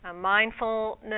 Mindfulness